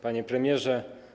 Panie Premierze!